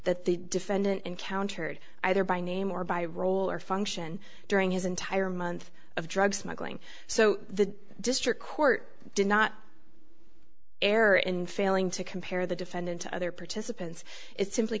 that the defendant encountered either by name or by role or function during his entire month of drug smuggling so the district court did not error in failing to compare the defendant to other participants it simply